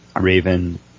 raven